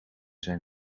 zijn